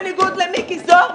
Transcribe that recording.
בניגוד למיקי זוהר,